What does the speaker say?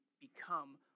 Become